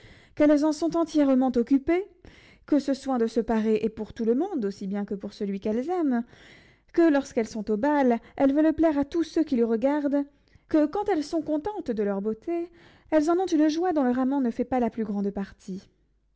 qu'elles en sont entièrement occupées que ce soin de se parer est pour tout le monde aussi bien que pour celui qu'elles aiment que lorsqu'elles sont au bal elles veulent plaire à tous ceux qui les regardent que quand elles sont contentes de leur beauté elles en ont une joie dont leur amant ne fait pas la plus grande partie